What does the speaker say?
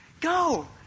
go